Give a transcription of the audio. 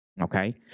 okay